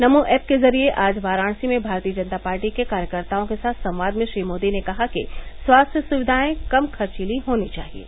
नमो app के जरिए आज वाराणसी में भारतीय जनता पार्टी के कार्यकर्ताओं के साथ संवाद में श्री मोदी ने कहा कि स्वास्थ्य सुविधाएं कम खर्चीली होनी चाहिएं